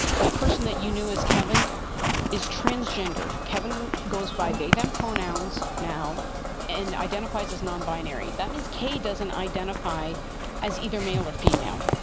the person that you knew as kevin is transgender. kevin goes by dave and pronouns now and identifies as non binary. that means k doesn't identify as either male or female.